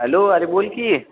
hello अरे बोल की